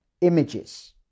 Images